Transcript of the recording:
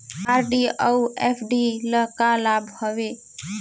RD अऊ FD ल का लाभ हवे?